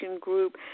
group